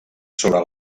sobre